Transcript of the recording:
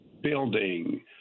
building